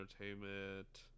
Entertainment